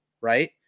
right